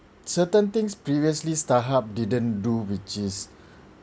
certain things previously starhub didn't do which is